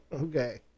Okay